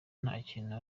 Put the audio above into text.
ntakintu